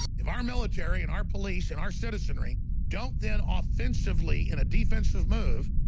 if our military and our police and our citizenry don't then offensively in a defensive move,